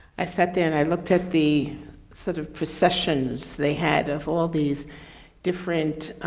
i sat down i looked at the sort of processions they had of all these different